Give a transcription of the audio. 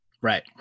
Right